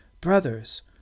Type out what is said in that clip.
Brothers